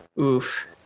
oof